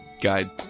guide